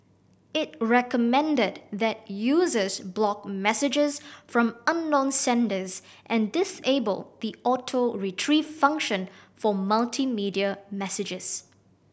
it recommended that users block messages from unknown senders and disable the Auto Retrieve function for multimedia messages